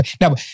now